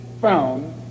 found